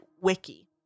wiki